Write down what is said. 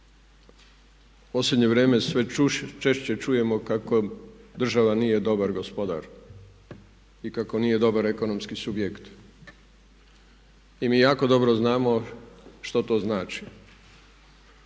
Posljednje vrijeme sve češće čujemo kako država nije dobar gospodar i kako nije dobar ekonomski subjekt. I mi jako dobro znamo što to znači.